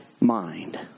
mind